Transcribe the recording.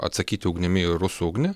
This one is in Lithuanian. atsakyti ugnimi į rusų ugnį